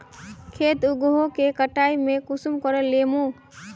खेत उगोहो के कटाई में कुंसम करे लेमु?